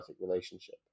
relationship